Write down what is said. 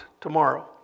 tomorrow